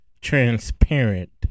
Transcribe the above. transparent